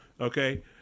Okay